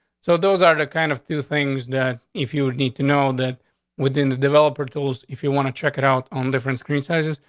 so those are the kind of two things that, if you would need to know that within the developer tools, if you want to check it out on different screen sizes,